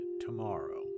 tomorrow